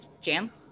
Jam